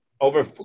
over